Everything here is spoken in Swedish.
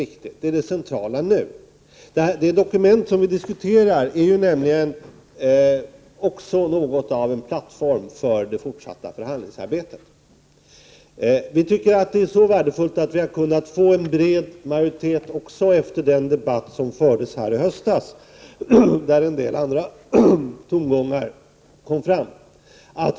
Det är den centrala frågan nu. De dokument som vi diskuterar är också något av en plattform för det fortsatta förhandlingsarbetet. Vi tycker att det är värdefullt att man har kunnat uppnå en bred majoritet efter den debatt som fördes här i höstas, då en del andra tongångar kom fram.